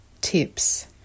tips